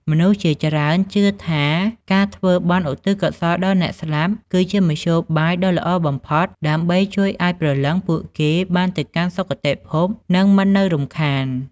មនុស្សជាច្រើនជឿថាការធ្វើបុណ្យឧទ្ទិសកុសលដល់អ្នកស្លាប់ គឺជាមធ្យោបាយដ៏ល្អបំផុតដើម្បីជួយឱ្យព្រលឹងពួកគេបានទៅកាន់សុគតិភព និងមិននៅរំខាន។